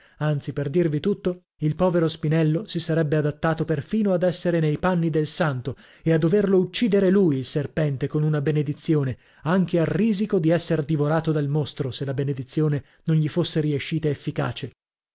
anzi per dirvi tutto il povero spinello si sarebbe adattato perfino ad essere nei panni del santo e a doverlo uccidere lui il serpente con una benedizione anche a risico di esser divorato dal mostro se la benedizione non gli fosse riescita efficace